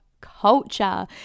culture